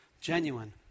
genuine